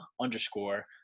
underscore